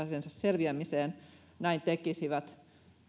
selviämiseen näin tekisivät